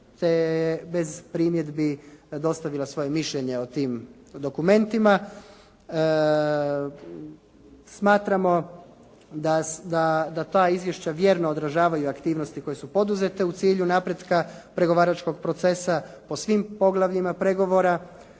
te bez primjedbi dostavila svoje mišljenje o tim dokumentima. Smatramo da ta izvješća vjerno odražavaju aktivnosti koje su poduzete u cilju napretka pregovaračkog procesa o svim poglavljima pregovora.